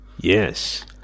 yes